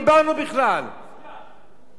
נקודה.